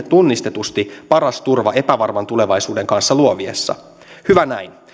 tunnistetusti myös paras turva epävarman tulevaisuuden kanssa luoviessa hyvä näin